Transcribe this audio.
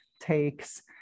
takes